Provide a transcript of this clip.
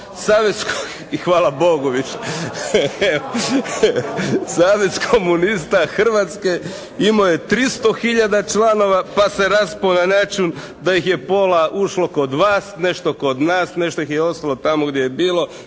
Hvala Bogu više. Savez komunista Hrvatske imao je 300 hiljada članova pa se raspao na način da ih je pola ušlo kod vas, nešto kod nas, nešto ih je ostalo tamo gdje je bilo,